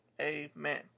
Amen